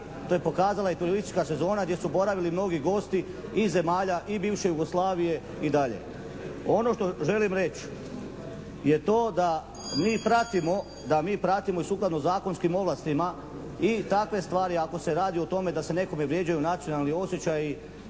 to je pokazala i turistička sezona gdje su boravili mnogi gosti iz zemalja i bivše Jugoslavije i dalje. Ono što želim reći je to da mi pratimo sukladno zakonskim ovlastima i takve stvari ako se radi o tome da se nekome vrijeđaju nacionalni osjećaji,